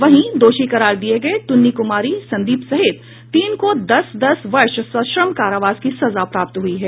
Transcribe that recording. वहीं दोषी करार दिये गये ट्रन्नी कुमारी संदीप सहित तीन को दस दस वर्ष सश्रम कारावास की सजा प्राप्त हुई है